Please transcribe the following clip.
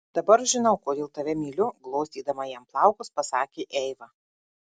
dabar žinau kodėl tave myliu glostydama jam plaukus pasakė eiva